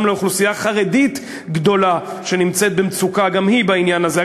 גם לאוכלוסייה חרדית גדולה שנמצאת גם היא במצוקה בעניין הזה.